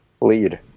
Lead